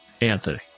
Anthony